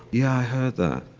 yeah i heard that.